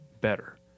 better